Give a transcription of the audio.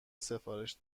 سفارش